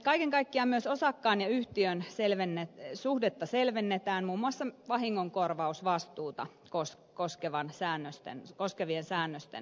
kaiken kaikkiaan myös osakkaan ja yhtiön suhdetta selvennetään muun muassa vahingonkorvausvastuuta koskevien säännösten osalta